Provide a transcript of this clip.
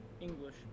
English